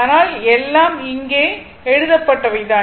ஆனால் எல்லாம் இங்கே எழுதப்பட்டவை தான்